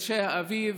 חודשי האביב,